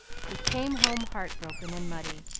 he came home heart-broken and muddy,